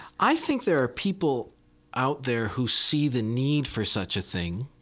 i think there are people out there who see the need for such a thing.